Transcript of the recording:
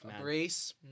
Grace